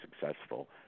successful